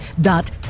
dot